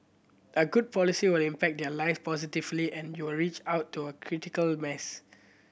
a good policy will impact their live positively and you'll reach out to a critical mass